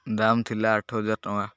ଦାମ୍ ଥିଲା ଆଠ ହଜାର ଟଙ୍କା